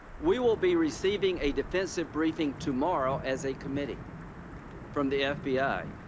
we will be receiving a defensive briefing tomorrow as a committee from the f b i.